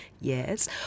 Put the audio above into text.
Yes